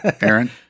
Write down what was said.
Aaron